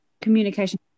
communication